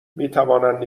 میتوانند